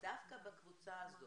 דווקא בקבוצה הזאת,